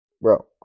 Bro